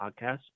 podcast